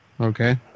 Okay